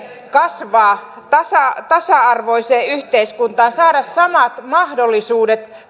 kasvaa tasa tasa arvoiseen yhteiskuntaan kaikille saada samat mahdollisuudet